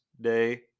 day